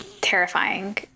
terrifying